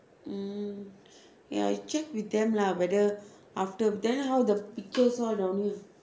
mm ya I check with them lah whether after then how the pictures all don't have